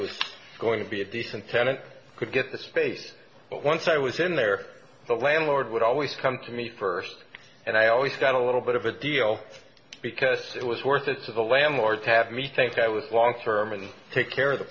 was going to be a decent tenant could get the space but once i was in there the landlord would always come to me first and i always got a little bit of a deal because it was worth it for the landlord to have me think i was long sermon and take care of the